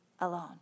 alone